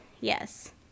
Yes